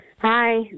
Hi